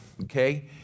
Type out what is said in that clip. okay